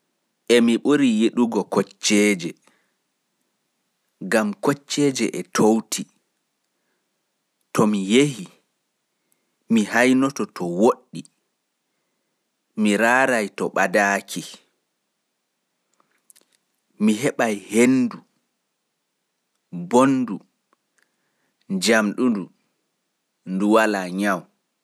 Emi ɓuri yiɗugo kocceeje gam kocceeje e towi. To mi ƴeengi mi hainoto to woɗɗi, mi raarai to ɓadaaki, mi heɓai henndu njamɗundu.